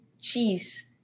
cheese